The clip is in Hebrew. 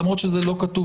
למרות שזה לא כתוב.